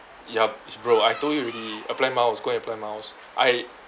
yup it's bro I told you already apply miles go and apply miles I